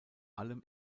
allem